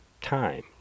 time